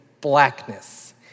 blackness